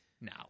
now